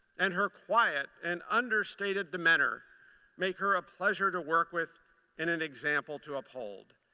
and her quiet and understated demeanor make her a pleasure to work with and an example to uphold.